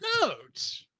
note